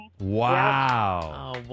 wow